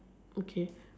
okay